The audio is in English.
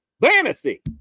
Fantasy